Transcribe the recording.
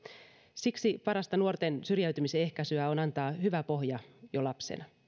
siksi parasta nuorten syrjäytymisen ehkäisyä on antaa hyvä pohja jo lapsena